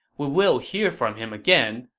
we will hear from him again,